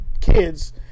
kids